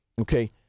Okay